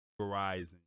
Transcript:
Verizon